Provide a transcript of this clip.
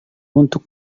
untuk